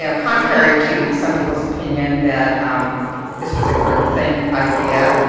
you know contrary to some people's opinion that this was a groupthink idea,